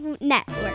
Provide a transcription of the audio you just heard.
Network